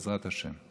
בעזרת השם.